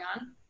on